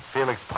Felix